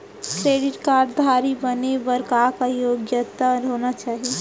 Credit card धारी बने बर का का योग्यता होना चाही?